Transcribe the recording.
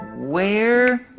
where?